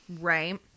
Right